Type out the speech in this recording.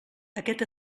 aquest